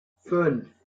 fünf